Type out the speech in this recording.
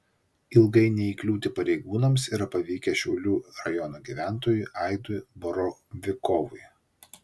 ilgai neįkliūti pareigūnams yra pavykę šiaulių rajono gyventojui aidui borovikovui